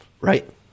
Right